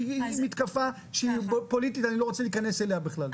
היא מתקפה שהיא פוליטית ואני לא רוצה להיכנס אליה בכלל.